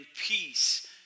peace